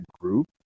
group